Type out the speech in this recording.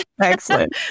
Excellent